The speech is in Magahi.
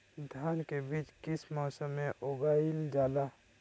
धान के बीज किस मौसम में उगाईल जाला?